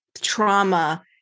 trauma